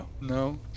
No